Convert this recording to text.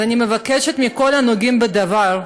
אז אני מבקשת מכל הנוגעים בדבר,